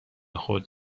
خود